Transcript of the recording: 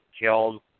killed